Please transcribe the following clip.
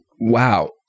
Wow